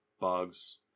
bugs